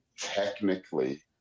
technically